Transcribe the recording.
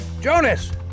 Jonas